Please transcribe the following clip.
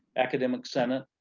academic senate,